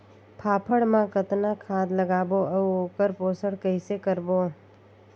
फाफण मा कतना खाद लगाबो अउ ओकर पोषण कइसे करबो?